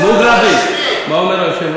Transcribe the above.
זה שפה